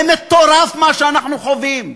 זה מטורף מה שאנחנו חווים,